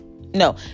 No